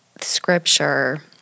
Scripture